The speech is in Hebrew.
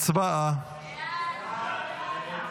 הצבעה.